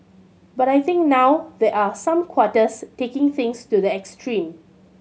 but I think now there are some quarters taking things to the extreme